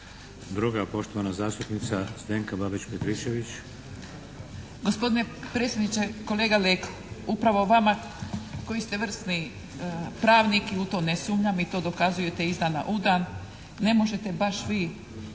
Druga poštovana zastupnica Zdenka Babić-Petričević. **Babić-Petričević, Zdenka (HDZ)** Gospodine predsjedniče! Kolega Leko, upravo vama koji ste vrsni pravnik i u to ne sumnjam i to dokazujete iz dana u dan ne možete baš vi